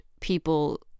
people